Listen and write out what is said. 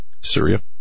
Syria